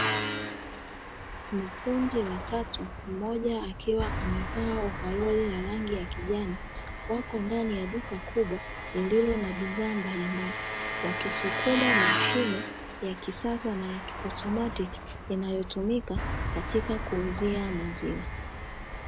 Mafundi watatu, mmoja akiwa amevaa ovaroli la rangi ya kijani, wako ndani ya duka lililo na bidhaa mbalimbali wakisukima mashine ya kisasa inayotumika katika kuuzia maziwa.